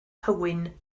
hywyn